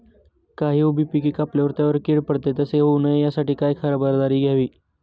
काही उभी पिके कापल्यावर त्यावर कीड पडते, तसे होऊ नये यासाठी काय खबरदारी घ्यावी?